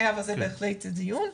אבל זה בהחלט בדיון,